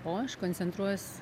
o aš koncentruojuos